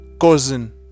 cousin